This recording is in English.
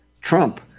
Trump